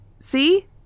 See